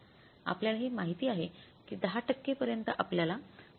आपल्याला हे माहित आहे की दहा टक्के पर्यंत आपल्याला परवानगी आहे